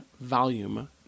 volume